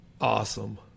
Awesome